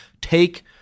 take